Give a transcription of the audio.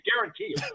guarantee